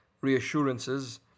reassurances